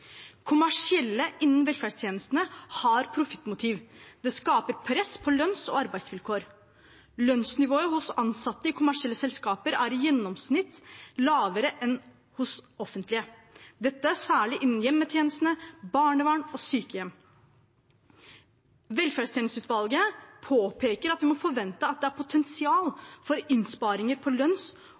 Kommersielle innen velferdstjenestene har profittmotiv. Det skaper press på lønns- og arbeidsvilkår. Lønnsnivået hos ansatte i kommersielle selskaper er i gjennomsnitt lavere enn hos offentlige, dette særlig innen hjemmetjeneste, barnevern og sykehjem. Velferdstjenesteutvalget påpeker at vi må forvente at det er potensial for innsparinger på lønns-